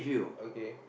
okay